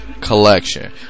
collection